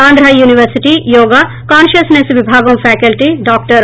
Andhra university yoga consciousness విభాగం faculty doctor